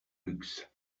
luxe